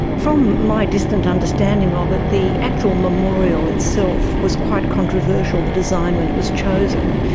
from my distant understanding of it, the actual memorial itself was quite controversial, the design, when it was chosen.